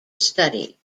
study